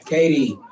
Katie